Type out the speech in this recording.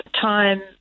time